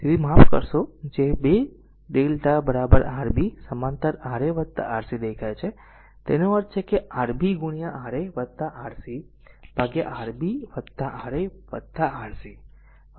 તેથી જો તે માફ કરશો કે જે2 lrmΔ Rb સમાંતર Ra Rc દેખાય છે તેનો અર્થ છે Rb ગુણ્યા Ra Rc ભાગ્યા Rb Ra Rc